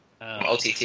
OTT